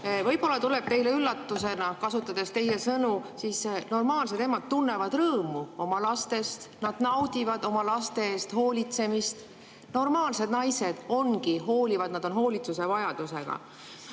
Võib-olla tuleb teile üllatusena, kasutades teie sõnu, et normaalsed emad tunnevad rõõmu oma lastest, nad naudivad oma laste eest hoolitsemist. Normaalsed naised ongi hoolivad, nad on hoolitsusevajadusega.